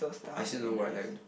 I still don't worry like too